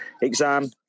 exam